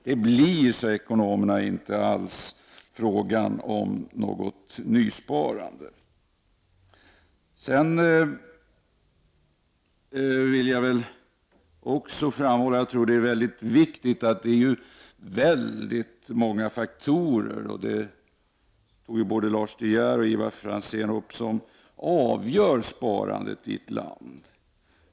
Det blir enligt ekonomerna inte alls fråga om något nysparande. Jag vill också framhålla att det enligt min mening är mycket viktigt att påpeka att det, precis som Lars De Geer och Ivar Franzén sade, är väldigt många faktorer som avgör sparandet i ett land.